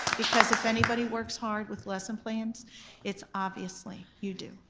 because if anybody works hard with lesson plans it's obviously you do.